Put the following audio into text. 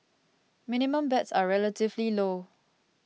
minimum bets are relatively low